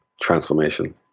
transformation